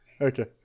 Okay